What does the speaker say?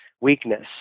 weakness